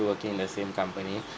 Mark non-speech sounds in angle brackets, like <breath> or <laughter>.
working in the same company <breath>